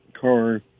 car